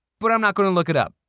but i'm not going to look it up,